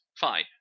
Fine